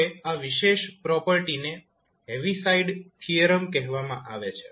હવે આ વિશેષ પ્રોપર્ટીને હેવીસાઇડ થીયરમ કહેવામાં આવે છે